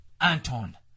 Anton